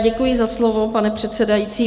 Děkuji za slovo, pane předsedající.